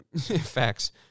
Facts